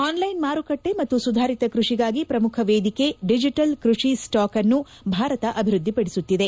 online ಮಾರುಕಟ್ಟೆ ಮತ್ತು ಸುಧಾರಿತ ಕೃಷಿಗಾಗಿ ಪ್ರಮುಖ ವೇದಿಕೆ ಡಿಜಿಟಲ್ ಕೃಷಿ ಸ್ವಾಕ್ನ್ನು ಭಾರತ ಅಭಿವೃದ್ದಿಪಡಿಸುತ್ತಿದೆ